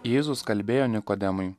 jėzus kalbėjo nikodemui